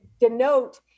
denote